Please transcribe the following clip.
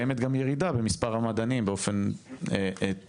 קיימת גם ירידה במספר המדענים באופן טבעי,